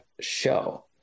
show